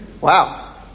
Wow